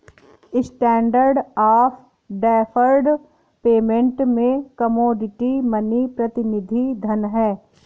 standard of deferred payment में commodity money प्रतिनिधि धन हैं